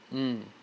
mm